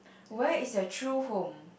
where is your true home